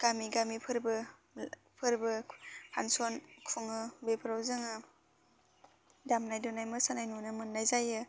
गामि गामि फोरबो फोरबो फांसन खुङो बेफोराव जोङो दामनाय देनाय मोसानाय नुनो मोननाय जायो